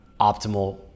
optimal